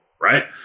right